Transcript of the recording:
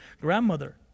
grandmother